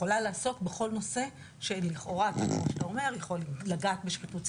יכולה לעסוק בכל נושא שיכול לגעת בשחיתות ציבורית,